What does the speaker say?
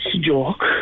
joke